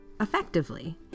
effectively